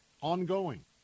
ongoing